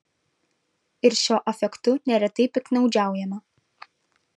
ir šiuo afektu neretai piktnaudžiaujama